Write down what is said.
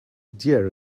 dear